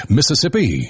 Mississippi